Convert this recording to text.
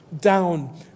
down